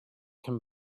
can